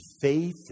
faith